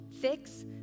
fix